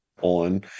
on